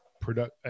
product